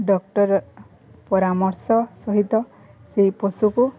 doctor ପରାମର୍ଶ ସହିତ ସେଇ ପଶୁକୁ